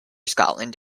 scotland